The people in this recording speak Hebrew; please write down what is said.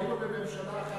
היינו בממשלה אחת,